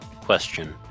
question